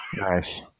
Nice